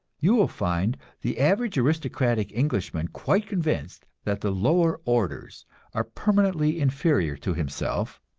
you will find the average aristocratic englishman quite convinced that the lower orders are permanently inferior to himself,